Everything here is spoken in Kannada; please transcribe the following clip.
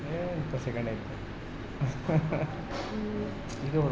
ಇಪ್ಪತ್ತು ಸೆಕೆಂಡ್ ಐತಾ ಇದು